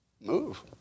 move